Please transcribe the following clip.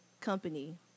company